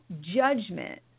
judgment